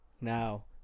Now